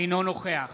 אינו נוכח